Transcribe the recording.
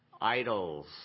Idols